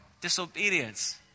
disobedience